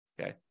Okay